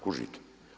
Kužite?